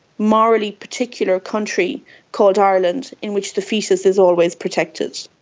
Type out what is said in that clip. morally particular country called ireland in which the foetus is always protected.